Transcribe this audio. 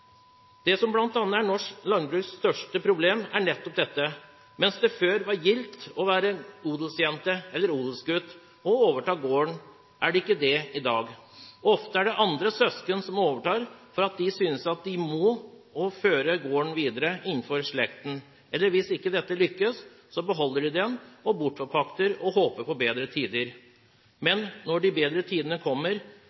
Det som bl.a. er norsk landbruks største problem, er nettopp dette: Mens det før var gildt å være odelsjente eller odelsgutt og å overta gården, er det ikke det i dag. Ofte er det andre søsken som overtar – fordi de synes de må – for å føre gården videre innenfor slekten. Hvis dette ikke lykkes, beholder de den, forpakter den bort og håper på bedre tider. Men